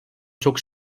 çok